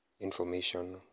information